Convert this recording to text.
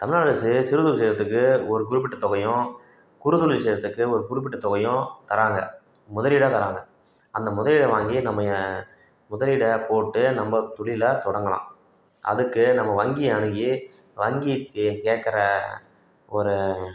தமிழ்நாடு அரசு சிறு தொழில் செய்கிறதுக்கு ஒரு குறிப்பிட்ட தொகையும் குறுந்தொழில் செய்கிறதுக்கு ஒரு குறிப்பிட்ட தொகையும் தராங்க முதலீடாக தராங்க அந்த முதலீடை வாங்கி நம்ம முதலீடை போட்டு நம்ம தொழிலை தொடங்கலாம் அதுக்கு நம்ம வங்கிய அணுகி வங்கிக்கு கேட்கற ஒரு